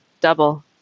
double